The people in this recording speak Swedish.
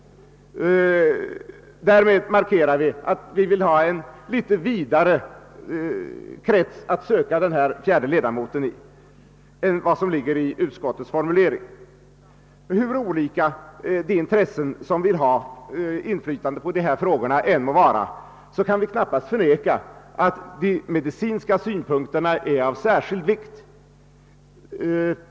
Därmed markerar vi att vi vill söka denne ledamot i en vidare krets än vad som blir följden av utskottets formulering. Hur de olika intressen som vill ha inflytande på dessa frågor än må vara, kan det knappast förnekas att de medicinska synpunkterna är av särskilt stor vikt.